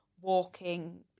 walking